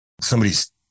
somebody's